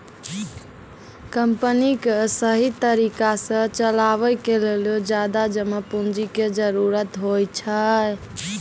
company क सहि तरिका सह चलावे के लेलो ज्यादा जमा पुन्जी के जरुरत होइ छै